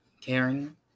caring